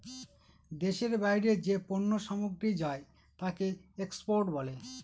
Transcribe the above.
দেশের বাইরে যে পণ্য সামগ্রী যায় তাকে এক্সপোর্ট বলে